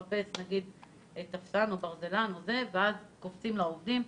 אם הוא מחפש טפסן או ברזלן, קופצים לו עובדים.